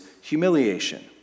humiliation